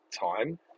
time